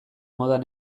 modan